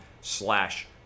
slash